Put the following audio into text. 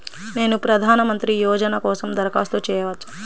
నేను ప్రధాన మంత్రి యోజన కోసం దరఖాస్తు చేయవచ్చా?